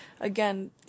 again